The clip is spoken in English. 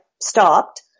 stopped